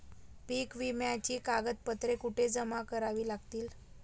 पीक विम्याची कागदपत्रे कुठे जमा करावी लागतील?